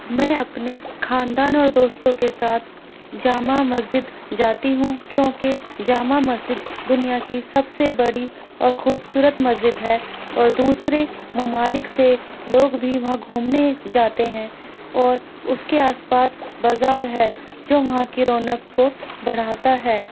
میں اپنے خاندان اور دوستوں کے ساتھ جامع مسجد جاتی ہوں کیونکہ جامع مسجد دنیا کی سب سے بڑی اور خوبصورت مسجد ہے اور دوسرے ممالک سے لوگ بھی وہاں گھومنے جاتے ہیں اور اس کے آس پاس بازار ہے جو وہاں کی رونق کو بڑھاتا ہے